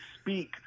speak